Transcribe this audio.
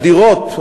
הדירות,